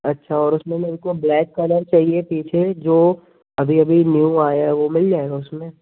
अच्छा और उसमें मेरे को ब्लैक कलर चाहिए पीछे जो अभी अभी न्यू आया है वह मिल जाएगा उसमें